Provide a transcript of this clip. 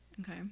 Okay